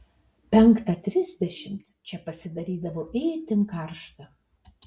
penktą trisdešimt čia pasidarydavo itin karšta